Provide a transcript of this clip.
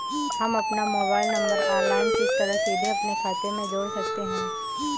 हम अपना mobile number online किस तरह सीधे अपने खाते में जोड़ सकते हैं?